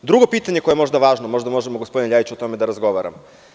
Drugo pitanje koje je možda važno i možda možemo, gospodine Ljajiću, o tome da razgovaramo.